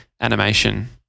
animation